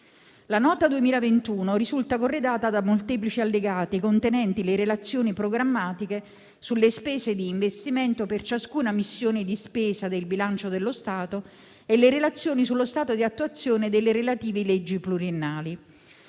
La Nota 2021 risulta corredata da molteplici allegati, contenenti le relazioni programmatiche sulle spese di investimento per ciascuna missione di spesa del bilancio dello Stato e le relazioni sullo stato di attuazione delle relative leggi pluriennali.